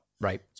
Right